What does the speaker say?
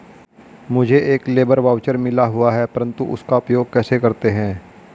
मुझे एक labour voucher मिला हुआ है परंतु उसका उपयोग कैसे करते हैं?